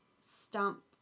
stump